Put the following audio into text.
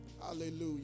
hallelujah